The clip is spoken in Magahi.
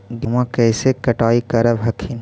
गेहुमा कैसे कटाई करब हखिन?